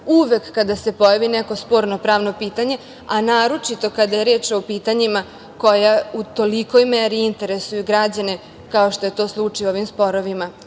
uvek kada se pojavi neko sporno pravno pitanje, a naročito kada je reč o pitanjima koja u tolikoj meri interesuje građane kao što je to slučaj u ovim sporovima